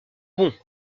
bon